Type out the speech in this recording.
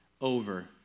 over